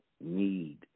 need